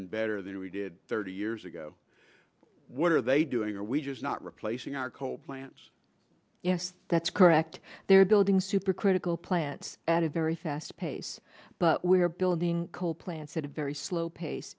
and better than we did thirty years ago what are they doing are we just not replacing our coal plants yes that's correct they're building supercritical plants at a very fast pace but we're building coal plants at a very slow pace